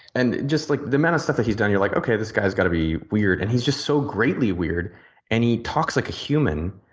and just like the amount of stuff he's done you're like okay this guy has got to be weird and he's just so greatly weird and he talks like a human.